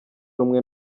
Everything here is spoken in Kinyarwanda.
rumwe